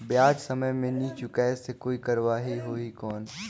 ब्याज समय मे नी चुकाय से कोई कार्रवाही होही कौन?